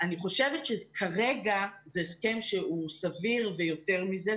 אני חושבת שכרגע זה הסכם שהוא סביר ויותר מזה.